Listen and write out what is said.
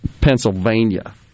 Pennsylvania